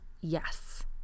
yes